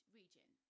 region